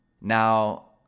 Now